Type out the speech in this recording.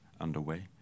underway